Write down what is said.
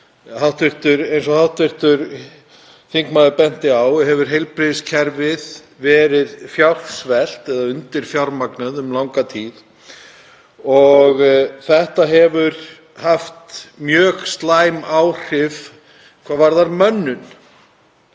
Eins og hv. þingmaður benti á hefur heilbrigðiskerfið verið fjársvelt eða undirfjármagnað um langa tíð og það hefur haft mjög slæm áhrif hvað varðar mönnun.